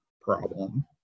problem